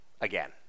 again